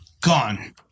gone